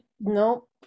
Nope